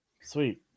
Sweet